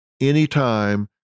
anytime